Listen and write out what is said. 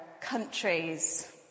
countries